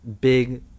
big